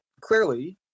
clearly